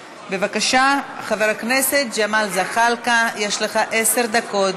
בבקשה, חבר הכנסת ג'מאל זחאלקה, יש לך עשר דקות